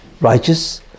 righteous